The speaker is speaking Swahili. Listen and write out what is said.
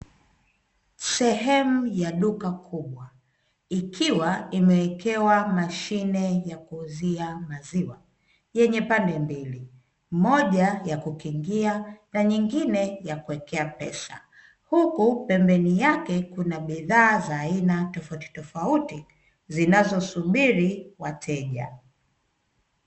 Sehemu ya duka kubwa ikiwa imewekewa mashine ya kuuzia maziwa yenye pande mbili moja ya kukingia na nyingine ya kuwekea pesa huku pembeni yake kuna bidhaa za aina tofauti tofauti zinazosubiri wateja.